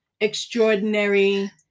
extraordinary